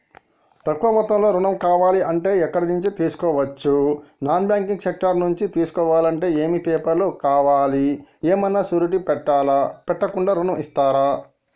తక్కువ మొత్తంలో ఋణం కావాలి అంటే ఎక్కడి నుంచి తీసుకోవచ్చు? నాన్ బ్యాంకింగ్ సెక్టార్ నుంచి తీసుకోవాలంటే ఏమి పేపర్ లు కావాలి? ఏమన్నా షూరిటీ పెట్టాలా? పెట్టకుండా ఋణం ఇస్తరా?